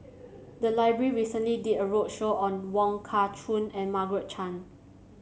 the library recently did a roadshow on Wong Kah Chun and Margaret Chan